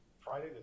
Friday